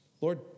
Lord